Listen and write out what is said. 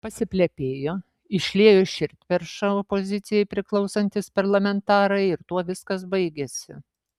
pasiplepėjo išliejo širdperšą opozicijai priklausantys parlamentarai ir tuo viskas baigėsi